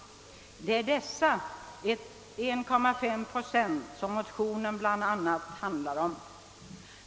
Det är dessa 1,5 procent som motionen bl.a. handlar om.